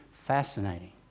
fascinating